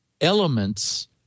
elements